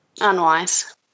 Unwise